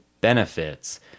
benefits